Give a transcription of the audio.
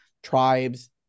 tribes